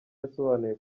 yasobanuye